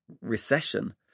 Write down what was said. recession